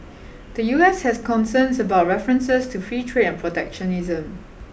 the U S has concerns about references to free trade and protectionism